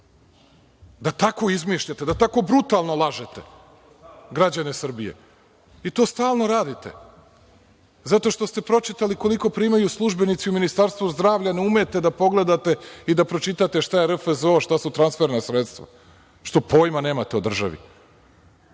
da tako izmišljate, da tako brutalno lažete građane Srbije? To stalno radite zato što ste pročitali koliko primaju službenici u Ministarstvu zdravlja i ne umete da pogledate ni da pročitate šta je RFZO, a šta su transferna sredstva. Pojma nemate o državi.